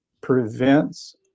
prevents